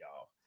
y'all